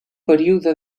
període